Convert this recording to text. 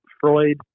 Freud